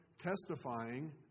testifying